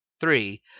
three